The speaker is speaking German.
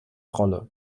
rolle